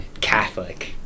Catholic